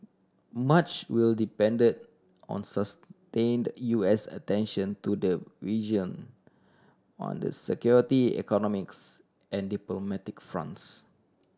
much will depended on sustained U S attention to the region on the security economics and diplomatic fronts